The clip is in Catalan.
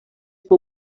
fou